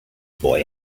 boy